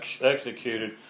executed